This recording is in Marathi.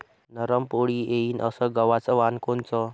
नरम पोळी येईन अस गवाचं वान कोनचं?